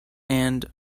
and